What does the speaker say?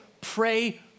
pray